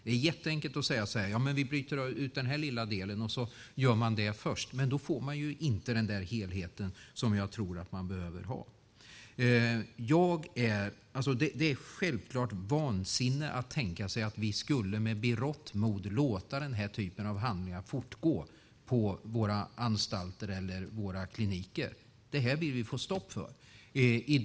Det är enkelt att säga att vi bryter ut den här lilla delen, och så gör man det först, men då får man ju inte den helhet som jag tror att man behöver ha. Det är självklart vansinne att tänka sig att vi med berått mod skulle låta den här typen av handlingar fortgå på våra anstalter eller kliniker. Vi vill sätta stopp för det.